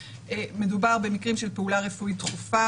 שמדובר במקרים של פעולה רפואית דחופה,